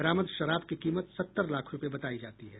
बरामद शराब की कीमत सत्तर लाख रूपये बतायी जाती है